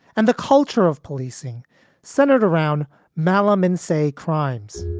and the culture of policing centered around malum in, say, crimes